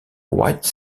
white